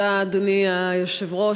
אדוני היושב-ראש,